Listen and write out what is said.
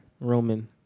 Roman